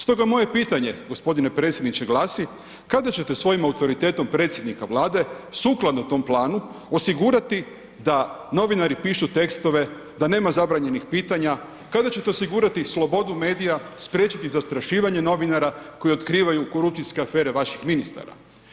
Stoga moje pitanje, g. predsjedniče glasi, kada ćete svojim autoritetom predsjednika Vlade sukladno tom planu osigurati da novinari pišu tekstove, da nema zabranjenih pitanja, kada ćete osigurati slobodu medija, spriječiti zastrašivanje novinara koji otkrivaju korupcijske afere vaših ministara.